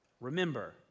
remember